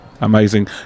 Amazing